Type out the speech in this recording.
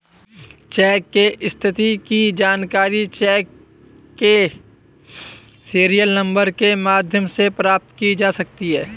check की स्थिति की जानकारी चेक के सीरियल नंबर के माध्यम से प्राप्त की जा सकती है